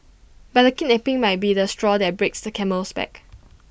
but the kidnapping might be the straw that breaks the camel's back